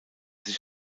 sich